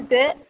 ते